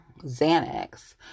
Xanax